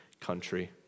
country